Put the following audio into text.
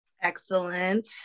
excellent